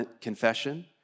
Confession